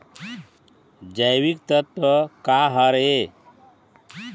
जैविकतत्व का हर ए?